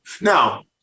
Now